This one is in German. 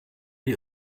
die